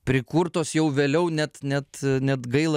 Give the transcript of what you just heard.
prikurtos jau vėliau net net net gaila